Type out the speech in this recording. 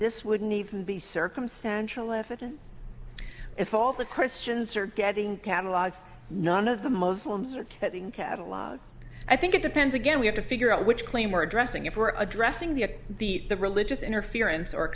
this wouldn't even be circumstantial evidence if all the christians are getting catalogs none of the muslims are getting catalogs i think it depends again we have to figure out which claim we're addressing if we're addressing the the the religious interference or